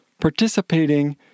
Participating